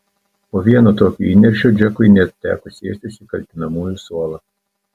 po vieno tokio įniršio džekui net teko sėstis į kaltinamųjų suolą